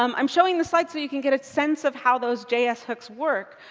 um i'm showing this slide so you can get a sense of how those js hooks work.